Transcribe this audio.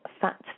fat